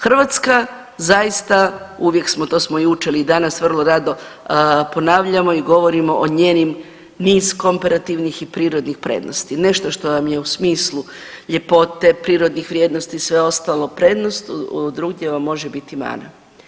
Hrvatska zaista, uvijek smo, to smo učili i danas vrlo rado ponavljamo i govorimo o njenim niz komparativnih i prirodnih prednosti, nešto što vam je u smislu ljepote, prirodnih vrijednosti i sve ostalo prednost, drugdje vam može biti mana.